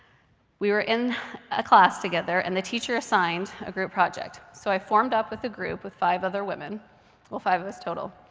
we were in a class together. and the teacher assigned a group project. so i formed up with a group with five other women well, five of us total.